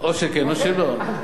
או שכן או שלא.